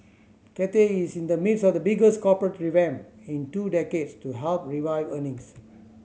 Cathay is in the midst of the biggest corporate revamp in two decades to help revive earnings